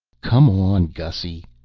come on, gussy,